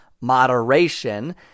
moderation